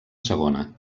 segona